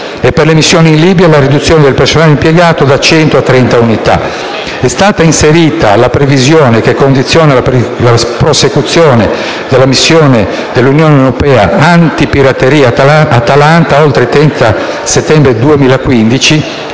e, per le missioni in Libia, la riduzione del personale impiegato, da 100 a 30 unità. È stata inserita la previsione che condiziona la prosecuzione della missione dell'Unione europea antipirateria Atalanta oltre il 30 settembre 2015